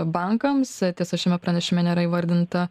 bankams tiesa šiame pranešime nėra įvardinta